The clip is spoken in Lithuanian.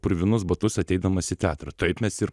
purvinus batus ateidamas į teatrą taip mes ir